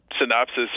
synopsis